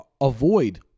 avoid